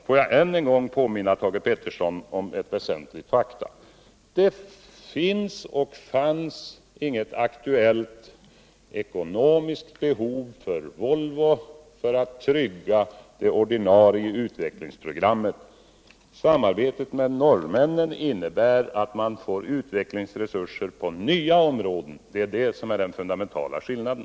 Får jag än en gång påminna Thage Peterson om ett väsentligt faktum: Det finns och fanns inget aktuellt ekonomiskt behov hos Volvo för att trygga det ordinarie utvecklingsprogrammet. Samarbetet med norrmännen innebär att man får utvecklingsresurser på nya områden. Det är det som är den fundamentala skillnaden.